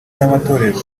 n’amatorero